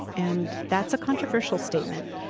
and that's a controversial statement,